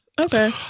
Okay